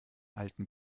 alten